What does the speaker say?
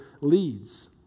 leads